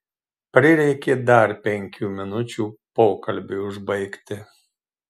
prireikė dar penkių minučių pokalbiui užbaigti